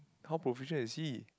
how profession is he